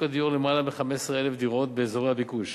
הדיור למעלה מ-15,000 דירות באזורי הביקוש.